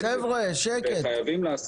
חבר'ה, שקט.